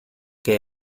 que